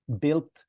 Built